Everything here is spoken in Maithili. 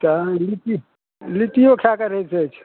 तहन लिट्टी लिट्टियो खाएके रहि जाइ छै